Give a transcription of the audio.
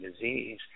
disease